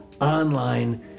online